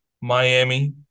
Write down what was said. Miami